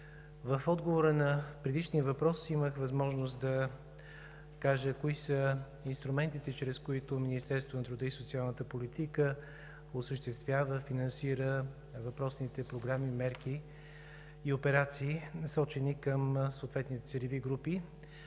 в отговора на предишния въпрос имах възможност да кажа кои са инструментите, чрез които Министерството на труда и социалната политика осъществява и финансира въпросните програми, мерки и операции, насочени към съответните целеви групи.